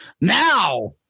now